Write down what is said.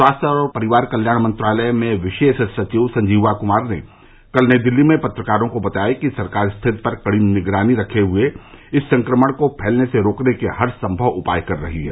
स्वास्थ्य और परिवार कल्याण मंत्रालय में विशेष सचिव संजीवा कुमार ने कल नई दिल्ली में पत्रकारों को बताया कि सरकार स्थिति पर कड़ी निगरानी रखते हुए इस संक्रमण को फैलने से रोकने के हरसंभव उपाय कर रही है